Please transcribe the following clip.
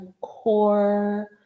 core